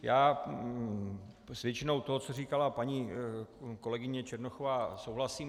Já s většinou toho, co říkala paní kolegyně Černochová, souhlasím.